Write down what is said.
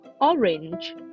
orange